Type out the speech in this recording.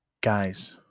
Guys